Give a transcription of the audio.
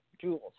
jewels